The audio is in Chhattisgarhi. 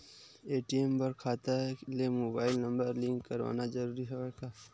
ए.टी.एम बर खाता ले मुबाइल नम्बर लिंक करवाना ज़रूरी हवय का?